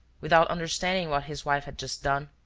without understanding what his wife had just done,